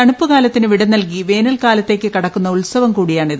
തണുപ്പ് കാലത്തിന് വിട നൽകി വേനൽ കാലത്തേയ്ക്ക് കടക്കുന്ന ഉത്സവം കൂടിയാണ് ഇത്